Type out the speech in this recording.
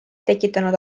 tekitanud